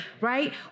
Right